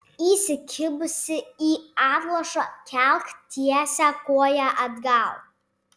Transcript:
įsikibusi į atlošą kelk tiesią koją atgal